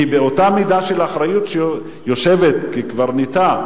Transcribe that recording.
כי באותה מידה של אחריות שהיא יושבת כקברניטה,